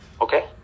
Okay